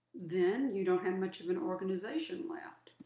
then you don't have much of an organization left.